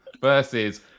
versus